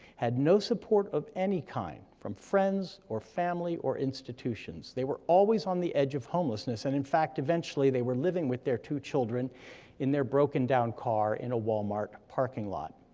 had no support of any kind from friends, or family, or institutions. they were always on the edge of homelessness, and in fact, eventually they were living with their two children in their broken-down car in a walmart parking lot.